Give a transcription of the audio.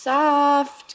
Soft